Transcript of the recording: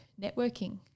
networking